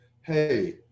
Hey